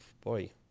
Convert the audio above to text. boy